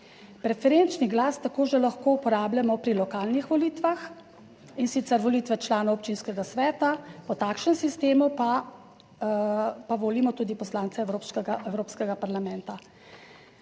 Preferenčni glas tako že lahko uporabljamo pri lokalnih volitvah, in sicer volitve članov občinskega sveta, po takšnem sistemu pa, pa volimo tudi poslance Evropskega parlamenta.